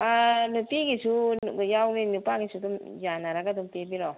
ꯑꯥ ꯅꯨꯄꯤꯒꯤꯁꯨ ꯌꯥꯎꯔꯦ ꯅꯨꯄꯥꯒꯤꯁꯨ ꯑꯗꯨꯝ ꯌꯥꯟꯅꯔꯒ ꯑꯗꯨꯝ ꯄꯤꯕꯤꯔꯣ